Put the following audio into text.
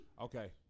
Okay